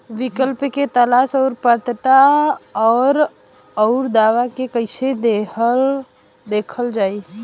विकल्पों के तलाश और पात्रता और अउरदावों के कइसे देखल जाइ?